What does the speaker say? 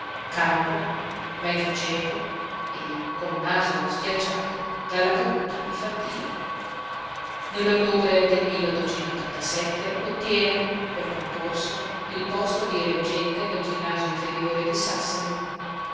calvo mezzo cieco e col naso schiacciato dalla caduta infantile nellottobre del ottiene per concorso il posto di reggente nel ginnasio inferiore di sassari